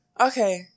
Okay